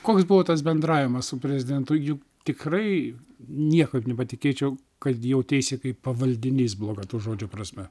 koks buvo tas bendravimas su prezidentu juk tikrai niekad nepatikėčiau kad jauteisi kaip pavaldinys bloga to žodžio prasme